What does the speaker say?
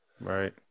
Right